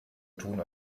tun